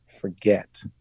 forget